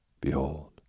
Behold